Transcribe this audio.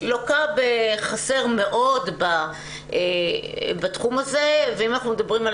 לוקה בחסר מאוד בתחום הזה ואם אנחנו מדברים על